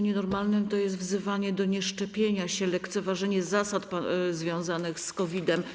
Nienormalne jest nawoływanie do nieszczepienia się, lekceważenie zasad związanych z COVID-em.